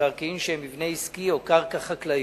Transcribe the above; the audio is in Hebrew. במקרקעין שהם מבנה עסקי או קרקע חקלאית,